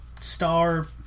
star